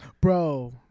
bro